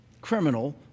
criminal